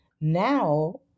now